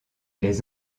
les